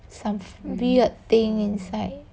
some weird thing inside